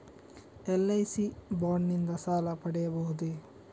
LIC bond ನಿಂದ ಸಾಲ ಪಡೆಯಬಹುದೇ?